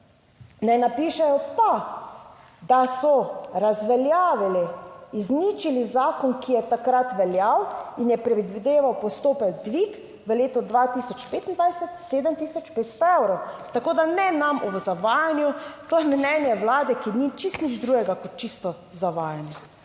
Ne napišejo pa, da so razveljavili, izničili zakon, ki je takrat veljal in je predvideval postopen dvig v letu 2025, 7 tisoč 500 evrov. Tako, da ne nam o zavajanju, to je mnenje Vlade, ki ni čisto nič drugega kot čisto zavajanje.